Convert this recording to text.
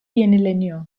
yenileniyor